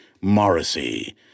Morrissey